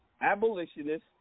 abolitionists